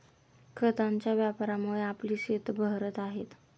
खतांच्या वापरामुळे आपली शेतं बहरत आहेत